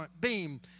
beam